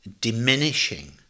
diminishing